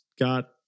got